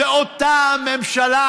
זו אותה משטרה